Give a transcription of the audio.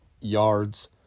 yards